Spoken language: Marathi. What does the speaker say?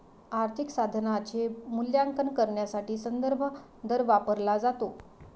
आर्थिक साधनाचे मूल्यांकन करण्यासाठी संदर्भ दर वापरला जातो